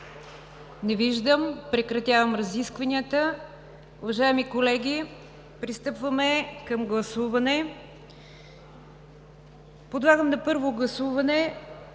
Не виждам. Прекратявам разискванията. Уважаеми колеги, пристъпваме към гласуване. Подлагам на първо гласуване